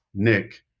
Nick